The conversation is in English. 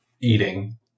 eating